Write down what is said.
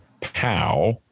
pow